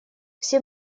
все